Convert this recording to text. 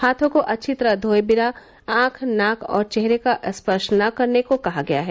हाथों को अच्छी तरह धोए बिना आंख नाक और चेहरे का स्पर्श न करने को कहा गया है